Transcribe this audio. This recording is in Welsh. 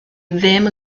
ddim